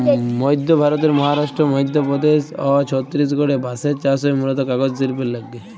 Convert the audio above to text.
মইধ্য ভারতের মহারাস্ট্র, মইধ্যপদেস অ ছত্তিসগঢ়ে বাঁসের চাস হয় মুলত কাগজ সিল্পের লাগ্যে